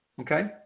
Okay